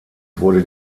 wurde